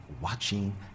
watching